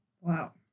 Wow